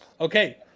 Okay